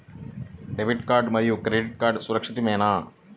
Debit card మరియు credit card సురక్షితమేనా?